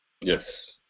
Yes